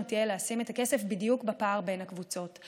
תהיה לשים את הכסף בדיוק בפער בין הקבוצות,